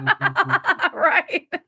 Right